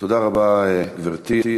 תודה רבה, גברתי.